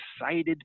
excited